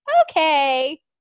okay